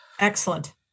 Excellent